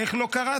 איך לא קראת?